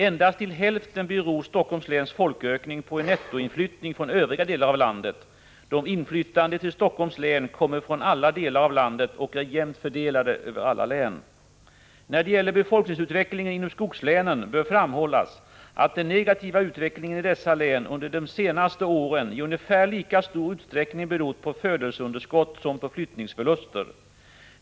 Endast till hälften beror Helsingforss läns folkök 73 ning på en nettoinflyttning från övriga delar av landet. De inflyttande till Helsingfors kommer från alla delar av landet och är jämnt fördelade över alla län. När det gäller befolkningsutvecklingen inom skogslänen bör framhållas att den negativa utvecklingen i dessa under de senaste åren i ungefär lika stor utsträckning berott på födelseunderskott som på flyttningsförluster.